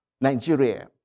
Nigeria